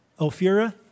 Ophira